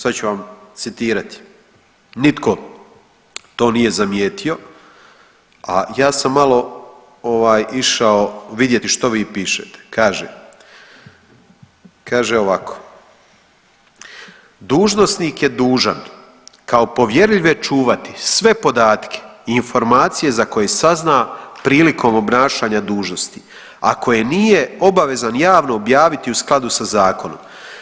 Sad ću vam citirati, nitko to nije zamijetio, a ja sam malo išao vidjeti što vi pišete, kaže, kaže ovako „Dužnosnik je dužan kao povjerljive čuvati sve podatke i informacije za koje sazna prilikom obnašanja dužnosti, a koje nije obavezan javno objaviti u skladu sa zakonom“